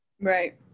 Right